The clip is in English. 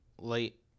late